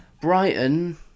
Brighton